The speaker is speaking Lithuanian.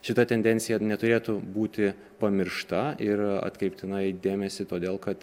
šita tendencija neturėtų būti pamiršta ir atkreiptina į dėmesį todėl kad